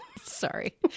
sorry